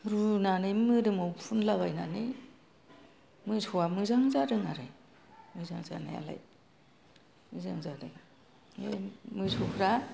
रुनानै मोदोमाव फुनला बायनानै मोसौवा मोजां जादों आरो मोजां जानायालाय मोजां जादों ओरैनो मोसौफ्रा